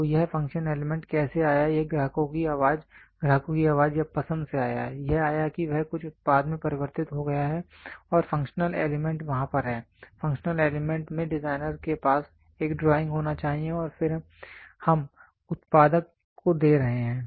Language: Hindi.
तो यह फ़ंक्शन एलिमेंट कैसे आया यह ग्राहकों की आवाज़ ग्राहक की आवाज़ या पसंद से आया है यह आया कि वह कुछ उत्पाद में परिवर्तित हो गया है और फ़ंक्शनल एलिमेंट वहां पर हैं फ़ंक्शनल एलिमेंट में डिज़ाइनर के पास एक ड्राइंग होना चाहिए और फिर हम उत्पादक को दे रहे हैं